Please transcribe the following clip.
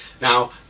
Now